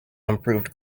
improved